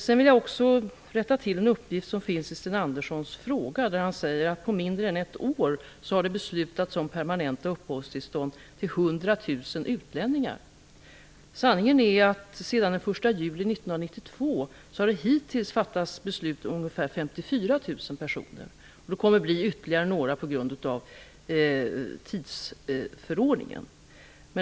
Jag vill också rätta till en uppgift som finns i Sten Anderssons fråga. Han säger att det har beslutats om permanenta uppehållstillstånd för 100 000 utlänningar på mindre än ett år. Sanningen är att det sedan den 1 juli 1992 har fattats beslut om ungefär 54 000 personer. Det kommer att bli ytterligare några på grund av tidsförordningen.